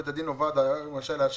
ראש בית הדין או ועדת הערר רשאים לאשר